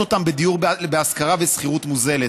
אותן בדיור להשכרה ושכירות מוזלת.